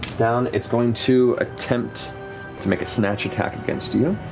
down. it's going to attempt to make a snatch attack against you.